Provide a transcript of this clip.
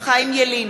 חיים ילין,